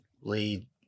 lead